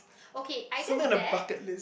okay either that